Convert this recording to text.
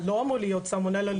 לא אמור להיות סלמונלה,